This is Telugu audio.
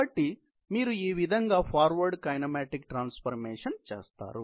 కాబట్టి మీరు ఈవిధంగా ఫార్వర్డ్ కైనమాటిక్ ట్రాన్స్ఫర్మేషన్ చేస్తారు